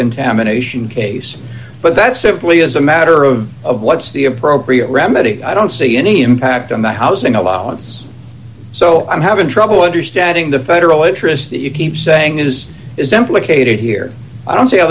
contamination case but that simply is a matter of of what's the appropriate remedy i don't see any impact on the housing allowance so i'm having trouble understanding the federal interest that you keep saying is is implicated here i don't see how